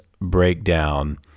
breakdown